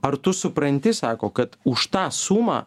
ar tu supranti sako kad už tą sumą